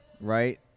Right